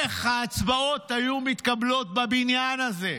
איך ההצבעות היו מתקבלות בבניין הזה,